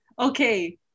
okay